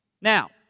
Now